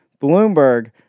Bloomberg